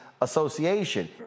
association